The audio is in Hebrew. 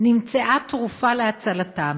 נמצאה תרופה להצלתם.